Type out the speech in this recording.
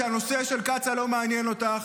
שהנושא של קצא"א לא מעניין אותך.